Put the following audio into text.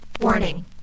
Warning